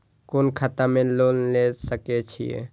कोन खाता में लोन ले सके छिये?